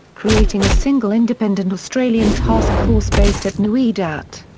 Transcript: creating a single independent australian task force based at nui dat.